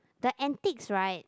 the antiques right